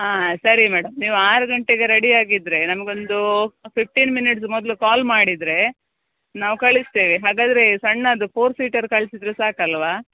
ಹಾಂ ಸರಿ ಮೇಡಮ್ ನೀವು ಆರು ಗಂಟೆಗೆ ರೆಡಿ ಆಗಿದ್ದರೆ ನಮಗೊಂದು ಫಿಫ್ಟೀನ್ ಮಿನ್ಯೂಟ್ಸ್ ಮೊದಲು ಕಾಲ್ ಮಾಡಿದರೆ ನಾವು ಕಳಿಸ್ತೇವೆ ಹಾಗಾದರೆ ಸಣ್ಣದು ಫೋರ್ ಸೀಟರ್ ಕಳ್ಸಿದರೆ ಸಾಕಲ್ಲವ